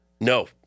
No